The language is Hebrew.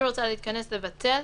והיא רוצה להתכנס לבטל,